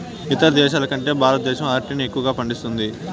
ఇతర దేశాల కంటే భారతదేశం అరటిని ఎక్కువగా పండిస్తుంది